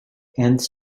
ends